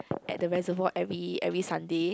at the reservoir every every Sunday